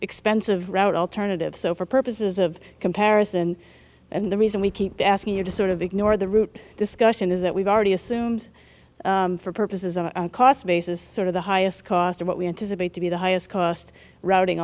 expensive route alternative so for purposes of comparison and the reason we keep asking you to sort of ignore the route discussion is that we've already assumed for purposes of a cost basis sort of the highest cost of what we anticipate to be the highest cost routing